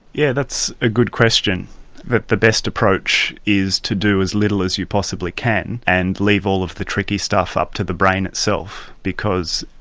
yeah, that's a good question but the best approach is to do as little as you possibly can and leave all of the tricky stuff up to the brain itself. because,